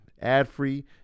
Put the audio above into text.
ad-free